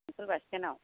बेंटल बासस्टेन्दआव